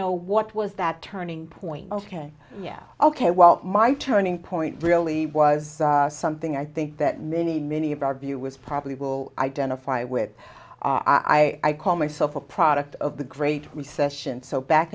know what was that turning point ok yeah ok well my turning point really was something i think that many many of our view was probably will identify with i call myself a product of the great recession so back